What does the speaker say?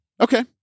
Okay